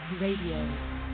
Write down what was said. Radio